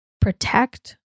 protect